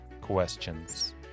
questions